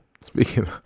speaking